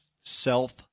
self